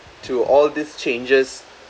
to all these changes